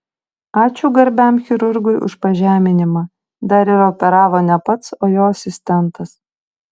ačiū garbiam chirurgui už pažeminimą dar ir operavo ne pats o jo asistentas